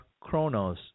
chronos